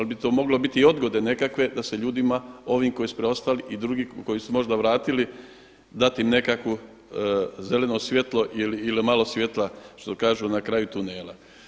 Da li bi to moglo biti i odgode nekakve da se ljudima ovim koji su preostali i drugi koji su možda vratili dati im nekakvo zeleno svjetlo ili malo svjetla što kažu na kraju tunela.